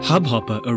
Hubhopper